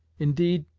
indeed,